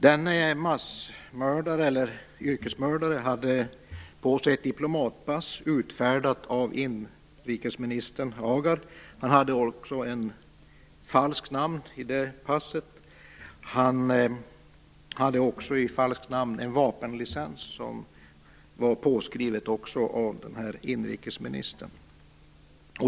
Denne yrkesmördare hade ett diplomatpass med falskt namn på sig som var utfärdat av inrikesminister Agar. Han hade också, i falskt namn, en vapenlicens som också var underskriven av inrikesministern.